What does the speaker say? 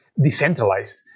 decentralized